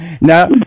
now